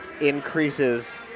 increases